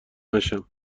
نشم